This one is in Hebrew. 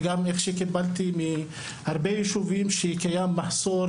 וגם ממה שקיבלתי מהרבה יישובים שקיים מחסור